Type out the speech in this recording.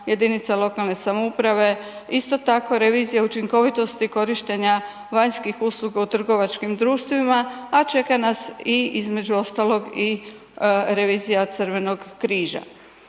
jedinica lokalne samouprave, isto tako revizija učinkovitosti korištenja vanjskih usluga u trgovačkim društvima a čeka nas i između ostalog i revizija Crvenog križa.